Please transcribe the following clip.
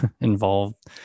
involved